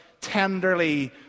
tenderly